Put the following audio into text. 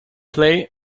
play